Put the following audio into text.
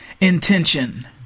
intention